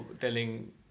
telling